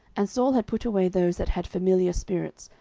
and saul had put away those that had familiar spirits,